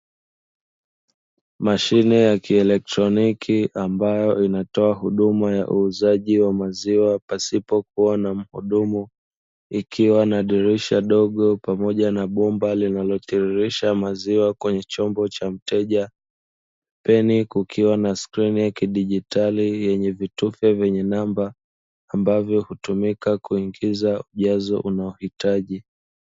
Mashine ya kieletroniki ambayo inatoa huduma ya uuzaji wa maziwa pasipokuwa na mhudumu, ikiwa na dirisha dogo pamoja na bomba linalotirilisha maziwa kwenye chombo cha mteja. Chini kuna skrini ya kidigitali yenye vitufe vyenye namba ambavyo hutumika kujaza ujazo unaohitaji.